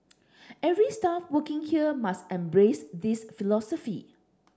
every staff working here must embrace this philosophy